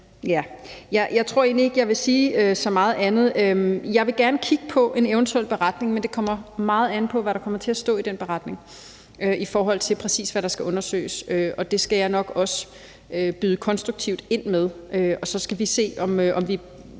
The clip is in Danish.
Jeg tror egentlig ikke, jeg vil sige så meget andet. Jeg vil gerne kigge på en eventuel beretning, men det kommer meget an på, hvad der kommer til at stå i den beretning, i forhold til præcis hvad der skal undersøges, og det skal jeg nok også byde konstruktivt ind på, og så skal vi se, hvad